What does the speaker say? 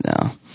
now